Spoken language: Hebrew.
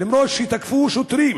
אפילו שתקפו שוטרים,